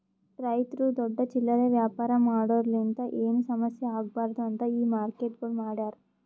ರೈತುರು ದೊಡ್ಡ ಚಿಲ್ಲರೆ ವ್ಯಾಪಾರ ಮಾಡೋರಲಿಂತ್ ಏನು ಸಮಸ್ಯ ಆಗ್ಬಾರ್ದು ಅಂತ್ ಈ ಮಾರ್ಕೆಟ್ಗೊಳ್ ಮಾಡ್ಯಾರ್